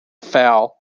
foul